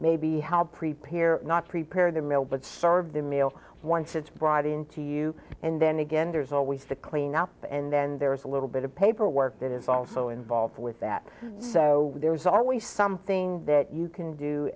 maybe help prepare not prepare the meal but serve the meal once it's brought into you and then again there's always the cleanup and then there's a little bit of paperwork that is also involved with that so there's always something that you can do